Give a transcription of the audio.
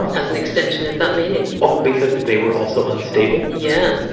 as an extension of that meaning. oh, because they were also unstable? yeah.